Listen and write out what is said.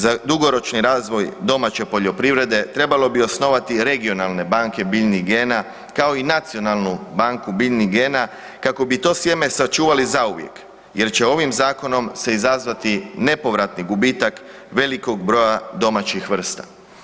Za dugoročni razvoj domaće poljoprivrede trebalo bi osnovati regionalne banke biljnih gena kao i nacionalu banku biljnih gena kako bi to sjeme sačuvali zauvijek jel će ovim zakonom se izazvati nepovratni gubitak velikog broja domaćih vrsta.